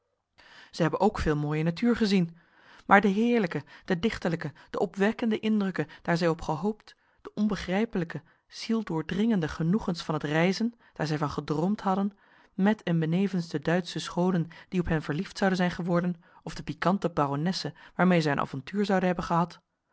zij hebben ook veel mooie natuur gezien maar de heerlijke de dichterlijke de opwekkende indrukken daar zij op gehoopt de onbegrijpelijke zieldoordringende genoegens van het reizen daar zij van gedroomd hadden met en benevens de duitsche schoonen die op hen verliefd zouden zijn geworden of de pikante baronesse waarmee zij een avontuur zouden hebben gehad